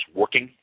working